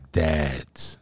dads